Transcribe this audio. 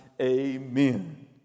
Amen